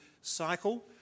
cycle